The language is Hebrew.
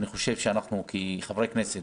אני חושב שאנחנו כחברי כנסת,